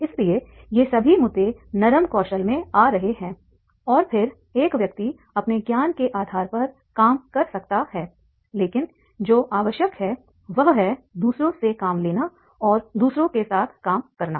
इसलिए ये सभी मुद्दे नरम कौशल में आ रहे हैं और फिर एक व्यक्ति अपने ज्ञान के आधार पर काम कर सकता है लेकिन जो आवश्यक है वह है दूसरों से काम लेना और दूसरों के साथ काम करना